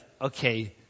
okay